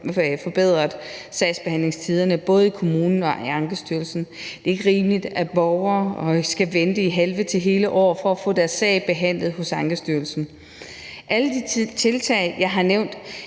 forbedret sagsbehandlingstiderne, både i kommunerne og i Ankestyrelsen. Det er ikke rimeligt, at borgere skal vente i halve og hele år for at få deres sag behandlet hos Ankestyrelsen. Alle de tiltag, jeg har nævnt,